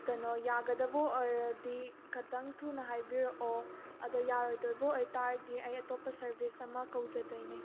ꯀꯩꯅꯣ ꯌꯥꯒꯗꯕ ꯑꯣꯏꯔꯗꯤ ꯈꯤꯇꯪ ꯊꯨꯅ ꯍꯥꯏꯕꯤꯔꯛꯑꯣ ꯑꯗꯣ ꯌꯥꯔꯣꯏꯗꯣꯏꯕ ꯑꯣꯏꯇꯥꯔꯗꯤ ꯑꯩ ꯑꯇꯣꯞꯄ ꯁꯥꯔꯕꯤꯁ ꯑꯃ ꯀꯧꯖꯗꯣꯏꯅꯦ